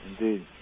indeed